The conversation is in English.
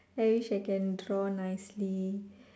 I wish I can draw nicely